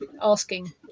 asking